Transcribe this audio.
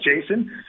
Jason